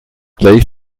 gleich